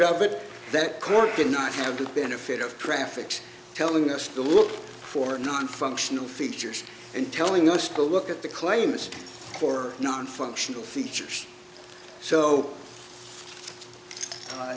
of it that court did not have the benefit of traffic telling us to look for nonfunctional features and telling us to look at the claims for non functional features so